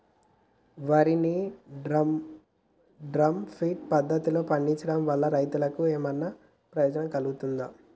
వరి ని drum feed పద్ధతిలో పండించడం వల్ల రైతులకు ఏమన్నా ప్రయోజనం కలుగుతదా?